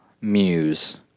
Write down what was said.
Muse